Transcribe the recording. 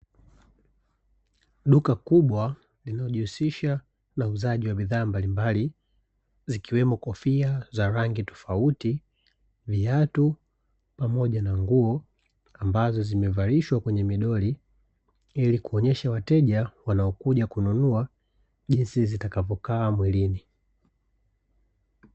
Duka kubwa linalojihusisha na uuzaji wa bidhaa mbalimbali zikiwemo kofia za rangi tofauti, viatu pamoja na nguo ambazo zimevalishwa kwenye midoli ilikuonyesha wateja wanaokuja kununua jinsi zitakavokaa mwilini.